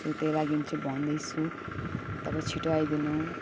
so त्यही लागि चाहिँ भन्दैछु तपाईँ छिटो आइदिनु